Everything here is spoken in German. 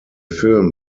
film